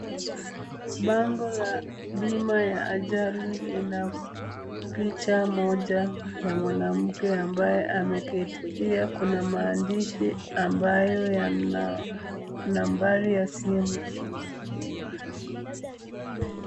Bango la bima ya ajali, ina picha moja ya mwanamke ambaye ameketi. Pia kuna maandishi ambayo yana nambari ya simu.